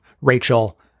Rachel